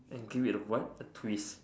and give it a what a twist